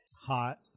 Hot